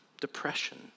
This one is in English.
depression